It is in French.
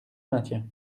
maintiens